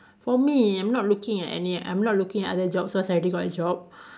for me I'm not looking at any I'm not looking at other jobs cause I already got a job